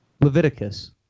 Leviticus